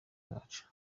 zacu